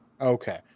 Okay